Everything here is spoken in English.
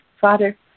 Father